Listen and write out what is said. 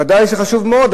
ודאי שחשוב מאוד,